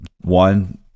one